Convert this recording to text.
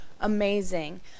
amazing